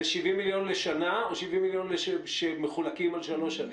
זה 70 מיליון לשנה או 70 מיליון שמחולקים על פני שלוש שנים?